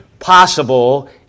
possible